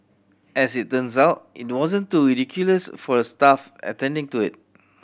as it turns out it wasn't too ridiculous for the staff attending to it